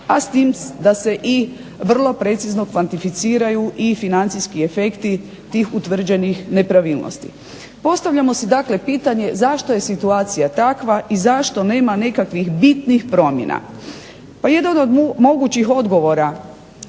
a s tim da se i vrlo precizno kvantificiraju financijski efekti tih utvrđenih nepravilnosti. Postavljamo si pitanje zašto je situacija takva i zašto nema bitnih promjena. Pa jedan od mogućih odgovora